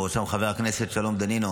ובראשם חבר הכנסת שלום דנינו,